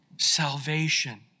salvation